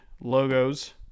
logos